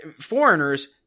foreigners